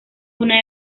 una